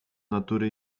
natury